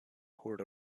poured